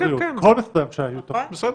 כן, בסדר.